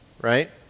right